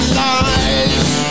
lies